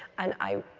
and i